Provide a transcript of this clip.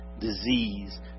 disease